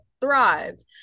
thrived